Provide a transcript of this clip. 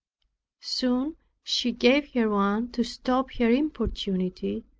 soon she gave her one to stop her importunity,